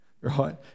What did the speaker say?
right